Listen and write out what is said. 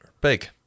Big